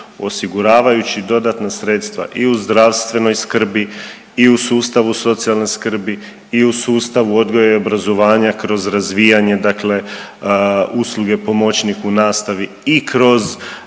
osiguravajući dodatna sredstva i u zdravstvenoj skrbi i u sustavu socijalne skrbi i u sustavu odgoja i obrazovanja kroz razvijanje dakle usluge pomoćnik u nastavi i kroz